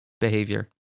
behavior